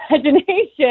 imagination